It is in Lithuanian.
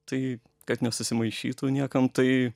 tai kad nesusimaišytų niekam tai